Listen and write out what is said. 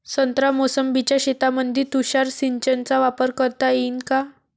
संत्रा मोसंबीच्या शेतामंदी तुषार सिंचनचा वापर करता येईन का?